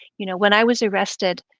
you know when i was arrested,